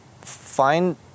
find